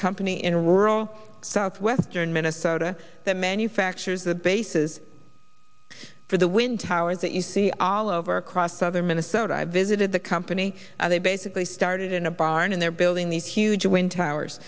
company in rural south western minnesota that manufactures the bases for the wind towers that you see all over across southern minnesota i visited the company they basically started in a barn and they're building these huge win towers